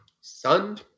Son